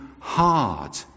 hard